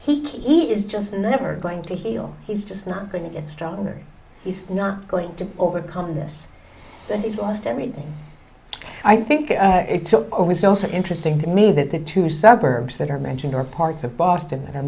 key is just never going to heal he's just not going to get stronger he's not going to overcome this that he's lost everything i think it took over is also interesting to me that the two suburbs that are mentioned are parts of boston that i